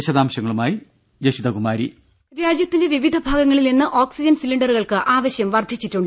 വിശദാംശങ്ങളുമായി ജഷിതകുമാരി ദേദ രാജ്യത്തിന്റെ വിവിധ ഭാഗങ്ങളിൽ നിന്ന് ഓക്സിജൻ സിലിണ്ടറുകൾക്ക് ആവശ്യം വർദ്ധിച്ചിട്ടുണ്ട്